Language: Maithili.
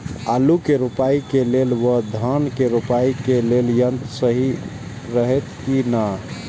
आलु के रोपाई के लेल व धान के रोपाई के लेल यन्त्र सहि रहैत कि ना?